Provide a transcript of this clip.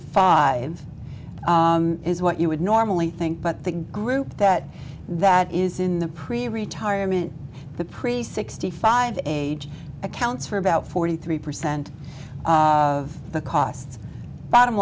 five is what you would normally think but the group that that is in the preretirement the pre sixty five age accounts for about forty three percent of the costs bottom